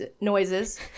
noises